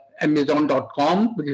amazon.com